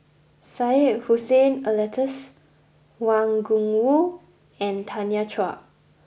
Syed Hussein Alatas Wang Gungwu and Tanya Chua